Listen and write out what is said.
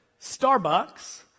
Starbucks